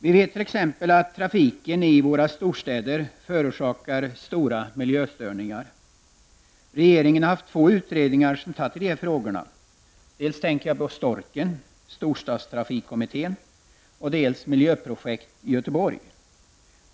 Vi vet t.ex. att trafiken i våra storstäder förorsakar stora miljöstörningar. Regeringen har haft två utredningar som har gällt dessa frågor -- Miljöprojekt Göteborg.